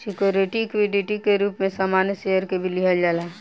security equity के रूप में सामान्य शेयर के भी लिहल जाला